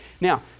Now